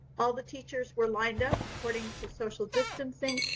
all the teachers were like and up according to social distancing,